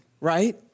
right